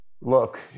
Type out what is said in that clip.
Look